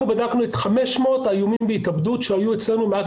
אנחנו בדקנו את 500 האיומים בהתאבדות שהיו אצלנו מאז